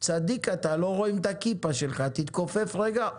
צדיק יסוד עולם.